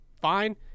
fine